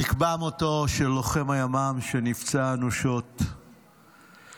נקבע מותו של לוחם הימ"מ שנפצע אנושות בהיתקלות